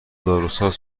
داروساز